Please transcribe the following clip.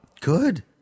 Good